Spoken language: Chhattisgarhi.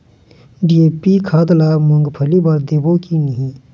डी.ए.पी खाद ला मुंगफली मे देबो की नहीं?